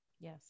Yes